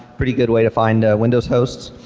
pretty good way to find windows host.